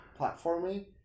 platforming